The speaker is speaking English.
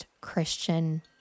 Christian